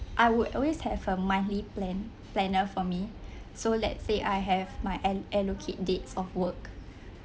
I would always have a monthly plan planner for me so let's say I have my al~ allocated dates of work